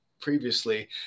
previously